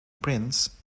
prince